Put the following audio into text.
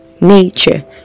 nature